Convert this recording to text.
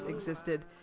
existed